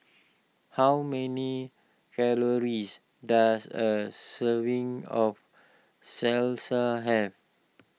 how many calories does a serving of Salsa have